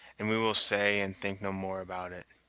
and we will say and think no more about it.